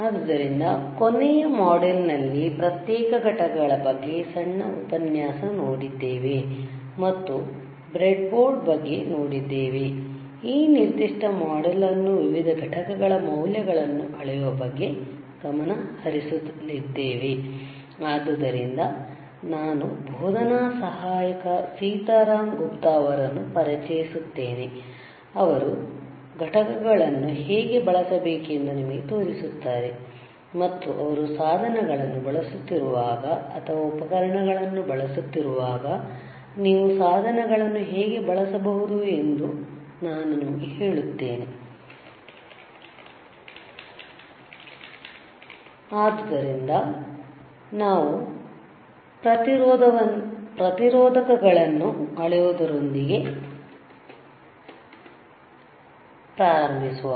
ಆದ್ದರಿಂದ ಕೊನೆಯ ಮಾಡ್ಯೂಲ್ನಲ್ಲಿ ಪ್ರತ್ಯೇಕ ಘಟಕಗಳ ಬಗ್ಗೆ ಸಣ್ಣ ಉಪನ್ಯಾಸ ನೋಡಿದ್ದೇವೆ ಮತ್ತು ಬ್ರೆಡ್ ಬೋರ್ಡ್ ಬಗ್ಗೆ ನೋಡಿದ್ದೇವೆ ಈ ನಿರ್ದಿಷ್ಟ ಮಾಡ್ಯೂಲ್ ಅನ್ನು ವಿವಿಧ ಘಟಕಗಳ ಮೌಲ್ಯಗಳನ್ನು ಅಳೆಯುವ ಬಗ್ಗೆ ಗಮನ ಹರಿಸಸಲಿದ್ದೇವೆ ಆದ್ದರಿಂದ ನಾನು ಬೋಧನಾ ಸಹಾಯಕ ಸೀತಾರಾಂ ಗುಪ್ತಾ ಅವರನ್ನು ಪರಿಚಯಿಸುತ್ತೇನೆ ಅವರು ಘಟಕಗಳನ್ನು ಹೇಗೆ ಬಳಸಬೇಕೆಂದು ನಿಮಗೆ ತೋರಿಸುತ್ತಾರೆ ಮತ್ತು ಅವರು ಸಾಧನಗಳನ್ನು ಬಳಸುತ್ತಿರುವಾಗ ಅಥವಾ ಉಪಕರಣಗಳನ್ನು ಬಳಸುತ್ತಿರುವಾಗ ನೀವು ಸಾಧನಗಳನ್ನು ಹೇಗೆ ಬಳಸಬಹುದು ಎಂದು ನಾನು ನಿಮಗೆ ಹೇಳುತ್ತೇನೆ ಆದ್ದರಿಂದ ನಾವು ಪ್ರತಿರೋಧಕವನ್ನು ಅಳೆಯುವುದರೊಂದಿಗೆ ಪ್ರಾರಂಭಿಸುವ